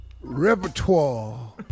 repertoire